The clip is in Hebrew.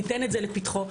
ניתן את זה לפתחו.